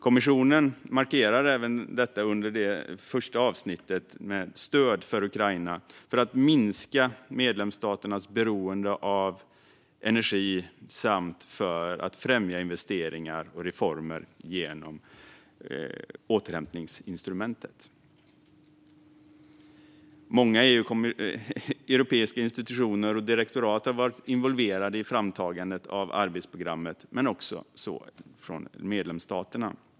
Kommissionen markerar det i det första avsnittet om stöd för Ukraina, för att minska medlemsstaternas beroende av energi samt för att främja investeringar och reformer genom återhämtningsinstrumentet. Många europeiska institutioner och direktorat har varit involverade i framtagandet av arbetsprogrammet men också medlemsstaterna.